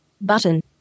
Button